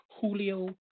Julio